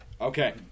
Okay